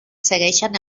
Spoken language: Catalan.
segueixen